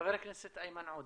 חבר הכנסת איימן עודה.